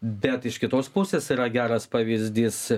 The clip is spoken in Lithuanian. bet iš kitos pusės yra geras pavyzdys